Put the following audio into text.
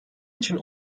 için